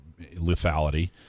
lethality